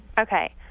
Okay